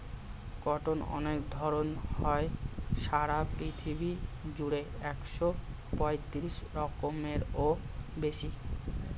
cotton অনেক ধরণ হয়, সারা পৃথিবী জুড়ে একশো পঁয়ত্রিশ রকমেরও বেশি